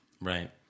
right